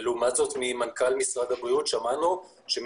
ולעומת זאת ממנכ"ל משרד הבריאות שמענו שהם